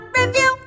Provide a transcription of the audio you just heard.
review